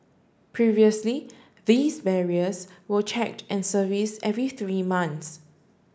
previously these barriers were checked and service every three months